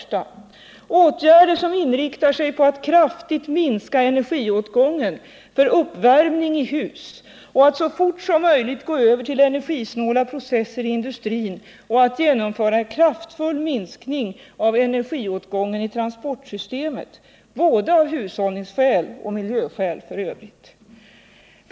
Det krävs åtgärder som inriktar sig på att kraftigt minska energiåtgången för uppvärmning i hus, att så fort som möjligt gå över till energisnåla processer i industrin samt att genomföra en kraftfull minskning av energiåtgången i transportsystemet, både av hushållningsskäl och av miljöskäl. 2.